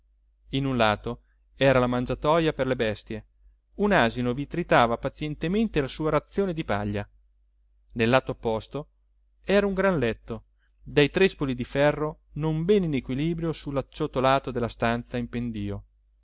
in un lato era la mangiatoja per le bestie un asino vi tritava pazientemente la sua razione di paglia nel lato opposto era un gran letto dai trespoli di ferro non bene in equilibrio su l'acciottolato della stanza in pendìo